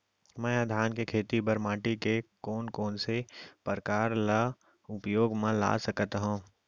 मै ह धान के खेती बर माटी के कोन कोन से प्रकार ला उपयोग मा ला सकत हव?